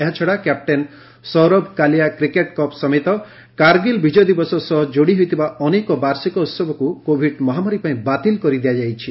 ଏହାଛଡ଼ା captain Saurabh Kalia cricket cup ସମେତ କାର୍ଗିଲ୍ ବିଜୟ ଦିବସ ସହ ଯୋଡ଼ି ହୋଇଥିବା ଅନେକ ବାର୍ଷିକ ଉହବକୁ କୋଭିଡ୍ ମହାମାରୀପାଇଁ ବାତିଲ୍ କରିଦିଆଯାଇଛି